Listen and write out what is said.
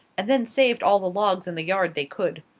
and then saved all the logs in the yard they could.